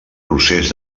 procés